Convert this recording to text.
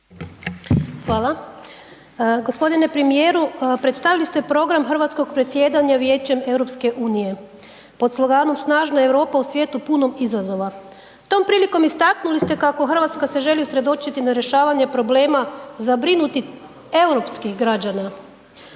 Hvala. g. Premijeru predstavili ste program hrvatskog predsjedanja Vijećem EU pod sloganom „Snažna Europa u svijetu punom izazova“. Tom prilikom istaknuli ste kako RH se želi usredočiti na rješavanje problema zabrinutih europskih građana.